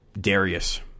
Darius